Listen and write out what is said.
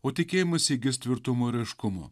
o tikėjimas įgis tvirtumo ir aiškumo